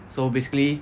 so basically